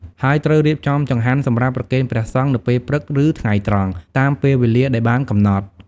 ហើយត្រូវរៀបចំចង្ហាន់សម្រាប់ប្រគេនព្រះសង្ឃនៅពេលព្រឹក ឬថ្ងៃត្រង់ តាមពេលវេលាដែលបានកំណត់។